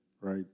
right